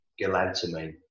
galantamine